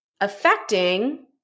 affecting